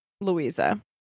Louisa